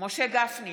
משה גפני,